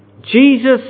Jesus